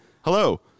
Hello